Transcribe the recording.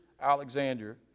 alexander